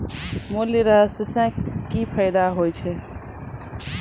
मूल्यह्रास से कि फायदा होय छै?